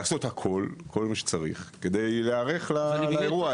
לעשות כל מה שצריך כדי להיערך לאירוע הזה.